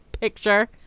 picture